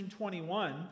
19.21